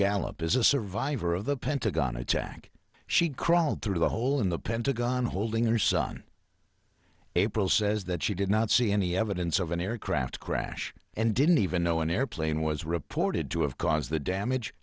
gallop is a survivor of the pentagon attack she crawled through the hole in the pentagon holding her son april says that she did not see any evidence of an aircraft crash and didn't even know an airplane was reported to have caused the damage